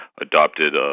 adopted